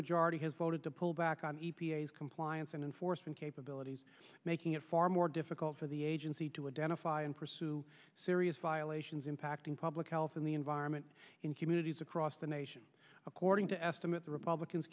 majority has voted to pull back on e p a s compliance and enforcement capabilities making it far more difficult for the agency to identify and pursue serious violations impacting public health and the environment in communities across the nation according to estimate the republicans